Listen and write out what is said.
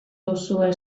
duzue